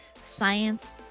science